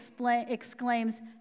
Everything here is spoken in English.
exclaims